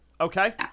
Okay